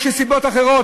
או שסיבות אחרות,